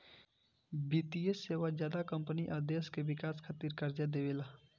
वित्तीय सेवा ज्यादा कम्पनी आ देश के विकास खातिर कर्जा देवेला